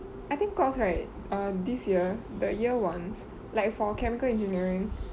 I think cause right err this year the year ones like for chemical engineering